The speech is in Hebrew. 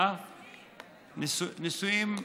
נשואים,